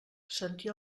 sentia